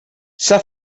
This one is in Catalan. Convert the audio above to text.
s’ha